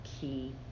key